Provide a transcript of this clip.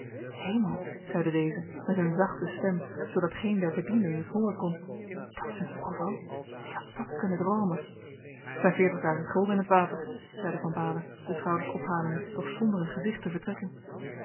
hemel zeide deze met een zachte stem zoodat geen der bedienden het hooren kon dat is een ongeval wie had dat kunnen droomen t zijn veertig duizend gulden in t water zeide van baalen de schouders ophalende doch zonder een gezicht te vertrekken